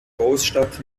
großstadt